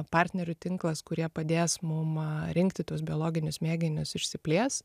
partnerių tinklas kurie padės mum rinkti tuos biologinius mėginius išsiplės